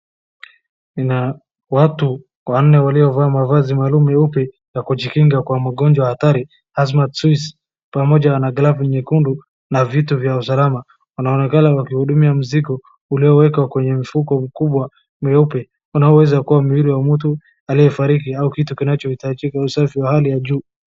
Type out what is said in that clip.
Kuna watu wanne waliovaa mavazi maalum meupe ya kujikinga kwa magonjwa hatari pamoja na glavu nyekundu na vitu za usalama. Wanaonekana wakihudumia mzigo uliowekwa kwenye mfuko mkubwa mweupe. Unaweza kuwa mwili wa mtu aliyefariki au kitu kinachoitajika usafi wa hali ya juu.